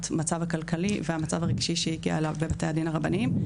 המצב הכלכלי והמצב הרגשי שהיא הגיעה אליו בבתי הדין הרבניים.